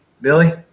Billy